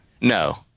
No